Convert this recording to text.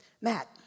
Matt